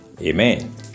Amen